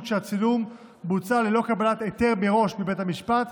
כשהצילום בוצע ללא קבלת היתר מראש מבית המשפט,